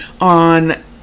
on